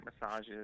massages